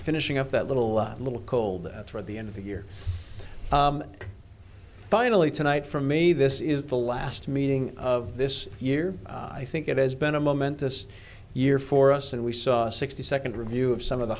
finishing up that little little cold through the end of the year finally tonight for me this is the last meeting of this year i think it has been a moment this year for us and we saw a sixty second review of some of the